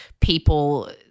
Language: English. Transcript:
people